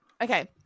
Okay